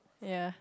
ya